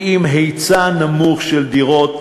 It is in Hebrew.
כי אם היצע נמוך של דירות,